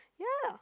ya